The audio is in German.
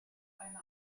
eine